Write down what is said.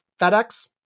FedEx